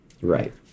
Right